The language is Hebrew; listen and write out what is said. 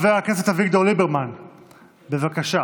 חבר הכנסת אביגדור ליברמן, בבקשה.